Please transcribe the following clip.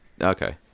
Okay